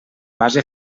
base